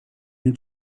new